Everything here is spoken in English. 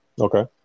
Okay